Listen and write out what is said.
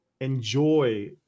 enjoy